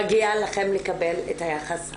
מגיע לכם לקבל את היחס הנאות.